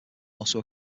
also